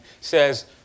says